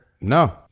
No